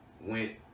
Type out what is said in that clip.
went